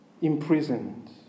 imprisoned